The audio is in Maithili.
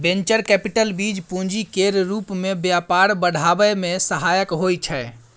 वेंचर कैपिटल बीज पूंजी केर रूप मे व्यापार बढ़ाबै मे सहायक होइ छै